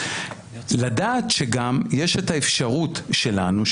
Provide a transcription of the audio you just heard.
לדעת שגם יש את האפשרות שלנו,